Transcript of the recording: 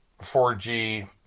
4G